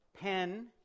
pen